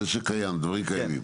אלו דברים קיימים.